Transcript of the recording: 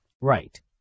Right